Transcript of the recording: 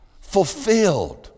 fulfilled